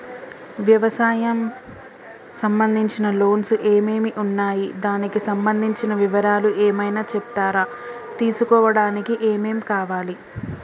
వ్యవసాయం సంబంధించిన లోన్స్ ఏమేమి ఉన్నాయి దానికి సంబంధించిన వివరాలు ఏమైనా చెప్తారా తీసుకోవడానికి ఏమేం కావాలి?